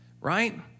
Right